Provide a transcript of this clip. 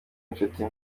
inshuti